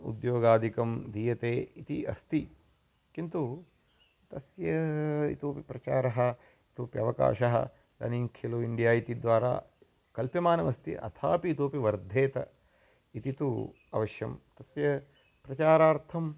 उद्योगादिकं दीयते इति अस्ति किन्तु तस्य इतोपि प्रचारः इतोपि अवकाशः इदनीं खेलो इण्डिया इति द्वारा कल्प्यमानमस्ति अथापि इतोपि वर्धेत इति तु अवश्यं तस्य प्रचारार्थं